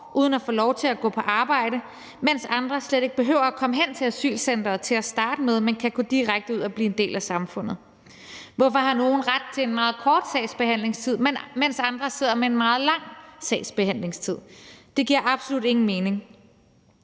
uden at få lov til at gå på arbejde, mens andre slet ikke behøver at komme hen til asylcenteret til at starte med, men kan gå direkte ud og blive en del af samfundet? Hvorfor har nogle ret til en meget kort sagsbehandlingstid, mens andre sidder med en meget lang sagsbehandlingstid? Det giver absolut ingen mening.